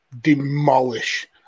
demolish